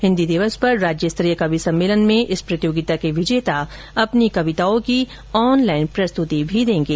हिन्दी दिवस पर राज्य स्तरीय कवि सम्मेलन में इस प्रतियोगिता के विजेता अपनी कविताओं की ऑनलाइन प्रस्तुति देंगे